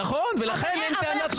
נכון ולכן אין טענת נושא חדש.